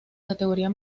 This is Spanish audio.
categoría